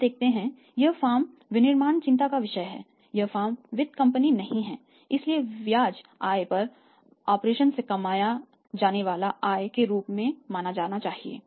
आप देखते हैं यह फर्म विनिर्माण चिंता का विषय है यह फर्म वित्त कंपनी नहीं है इसलिए ब्याज आय को ऑपरेशन से कमाया जाने वाला आय के रूप में माना जाना चाहिए